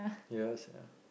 ya sia